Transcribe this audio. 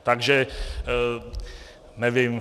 Takže nevím.